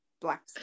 Black